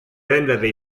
renderle